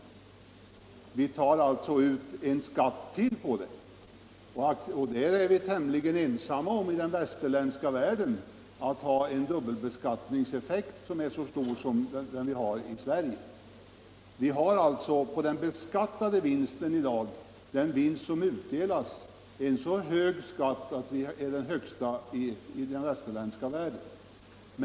En skatt till tas alltså ut. I den västerländska världen är vi i Sverige tämligen ensamma om att ha en dubbelbeskattningseffekt som är så stor. Vi tar alltså på den beskattade vinsten — den vinst som utdelas — ut så hög skatt att den är den högsta i den västerländska världen.